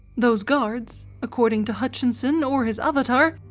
those guards, according to hutchinson or his avatar,